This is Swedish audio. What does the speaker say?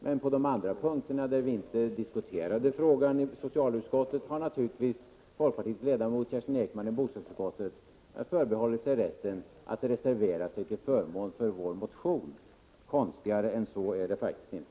Men på de andra punkterna, som vi inte diskuterat i socialutskottet, har naturligtvis folkpartiets ledamot i bostadsutskottet, Kerstin Ekman, förbehållit sig rätten att reservera sig till förmån för vår motion. Konstigare än så är det faktiskt inte.